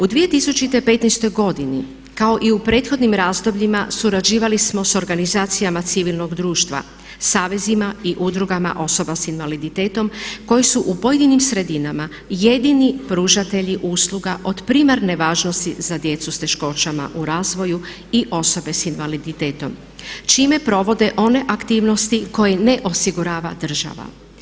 U 2015. godini kao i u prethodnim razdobljima surađivali smo s organizacijama civilnog društva, savezima i udrugama osoba s invaliditetom koji su u pojedinim sredinama jedini pružatelji usluga od primarne važnosti za djecu s teškoćama u razvoju i osobe s invaliditetom čime provode one aktivnosti koje ne osigurava država.